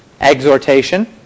exhortation